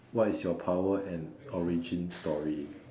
what is your power and origin story